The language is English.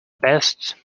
best